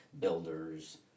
builders